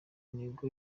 intego